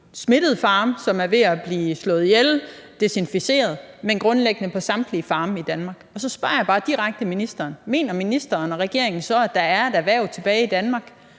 smittede mink, som er ved at blive slået ihjel, og hvor man desinficerer, men grundlæggende på samtlige farme i Danmark. Og så spørger jeg bare ministeren direkte: Mener ministeren og regeringen så, at der er et erhverv tilbage i Danmark,